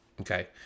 Okay